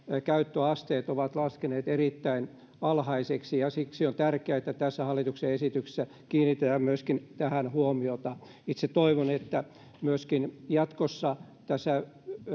käyttöasteet ovat laskeneet erittäin alhaisiksi ja siksi on tärkeää että tässä hallituksen esityksessä kiinnitetään myöskin tähän huomiota itse toivon että myöskin jatkossa tässä